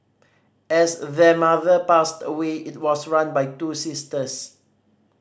after their mother passed away it was run by two sisters